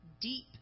deep